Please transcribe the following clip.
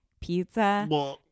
pizza